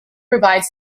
provides